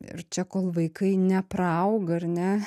ir čia kol vaikai nepraauga ar ne